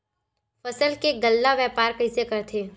फसल के गल्ला व्यापार कइसे करथे?